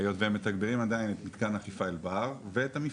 היות והם מתגברים עדיין את מתקן אכיפה אלבר ואת המבצע.